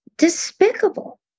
Despicable